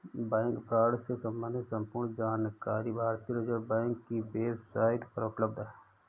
bank fraud से सम्बंधित संपूर्ण जानकारी भारतीय रिज़र्व बैंक की वेब साईट पर उपलब्ध है